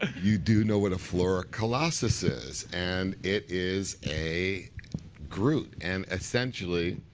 ah you do know what a flora colossus is and it is a groot. and essentially,